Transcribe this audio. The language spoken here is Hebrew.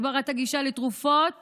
הגברת הגישה לתרופות